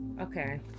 Okay